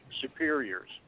superiors